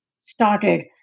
started